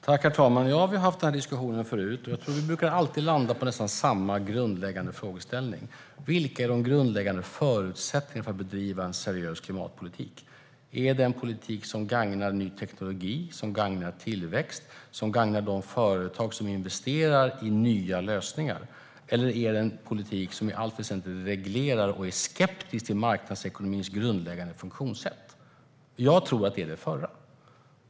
Herr talman! Ja, vi har haft den här diskussionen förut. Vi brukar alltid landa i nästan samma grundläggande frågeställning. Vilka är de grundläggande förutsättningarna för att bedriva en seriös klimatpolitik? Är det en politik som gagnar ny teknologi, som gagnar tillväxt och som gagnar de företag som investerar i nya lösningar? Eller är det en politik som i allt väsentligt reglerar och är skeptisk till marknadsekonomins grundläggande funktionssätt? Jag tror att det är det förra.